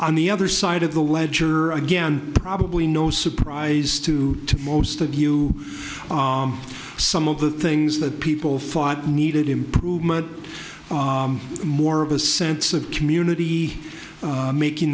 on the other side of the ledger again probably no surprise to most of you some of the things that people thought needed improvement more of a sense of community making